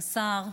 השר,